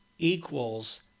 equals